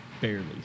Barely